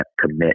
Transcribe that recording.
commit